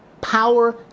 power